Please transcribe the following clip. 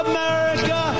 America